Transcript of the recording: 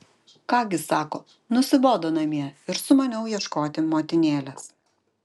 ką gi sako nusibodo namie ir sumaniau ieškoti motinėlės